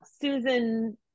Susan